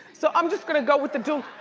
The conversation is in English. so i'm just gonna go with the dula